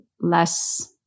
less